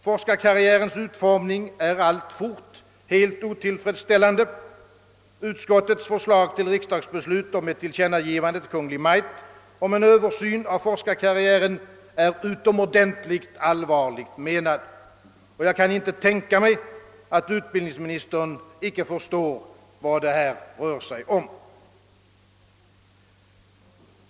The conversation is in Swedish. Forskarkarriärens utformning är alltfort helt otillfredsställande. Statsutskottets förslag till riksdagsbeslut om ett tillkännagivande till Kungl. Maj:t om en översyn av forskarkarriären är utomordentligt allvarligt menat, och jag kan inte tänka mig att utbildningsministern icke förstår vad det här rör sig om.